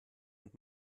und